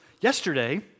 yesterday